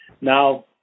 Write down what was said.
Now